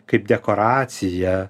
kaip dekoracija